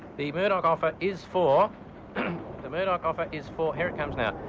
the murdoch offer is for the murdoch offer is for here it comes now,